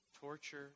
torture